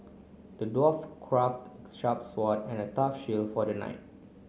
the dwarf crafted a sharp sword and a tough shield for the knight